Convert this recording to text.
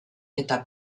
eta